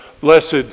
blessed